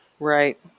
Right